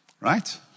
Right